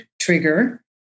trigger